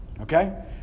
Okay